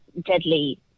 deadly